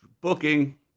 booking